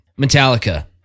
Metallica